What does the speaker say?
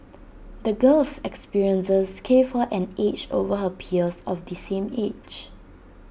the girl's experiences gave her an edge over her peers of the same age